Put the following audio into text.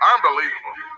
Unbelievable